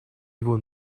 его